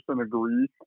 agree